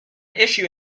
issue